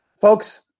Folks